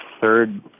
third